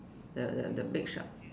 the the the big shark